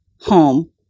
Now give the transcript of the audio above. home